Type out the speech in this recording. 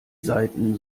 seiten